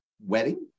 wedding